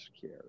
care